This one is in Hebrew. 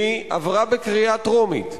והיא עברה בקריאה טרומית,